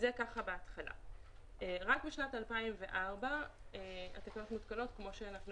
רק בשנת 2004 התקנות מותקנות כמו שאנחנו